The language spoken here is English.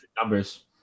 numbers